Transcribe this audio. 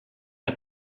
una